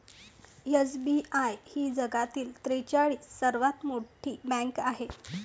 SBI ही जगातील त्रेचाळीस सर्वात मोठी बँक आहे